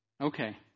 Okay